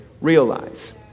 realize